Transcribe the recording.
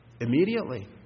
immediately